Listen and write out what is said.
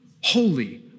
holy